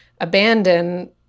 abandon